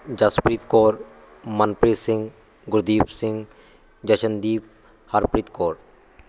Jaspreet Kaur Manpreet Singh Gurdeep Singh Jashandeep Harpreet Kaur